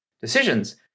decisions